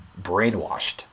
brainwashed